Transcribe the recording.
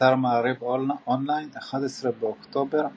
באתר מעריב אונליין, 11 באוקטובר 2017